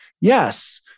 Yes